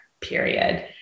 period